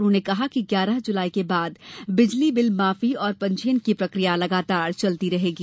उन्होंने कहा कि ग्यारह जुलाई के बाद बिजली बिल माफी और पंजीयन की प्रक्रिया लगातार चलती रहेगी